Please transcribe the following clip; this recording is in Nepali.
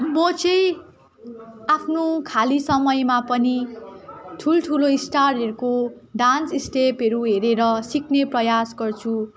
म चाहिँ आफ्नो खाली समयमा पनि ठुलठुलो स्टारहरूको डान्स स्टेपहरू हेरेर सिक्ने प्रयास गर्छु